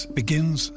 begins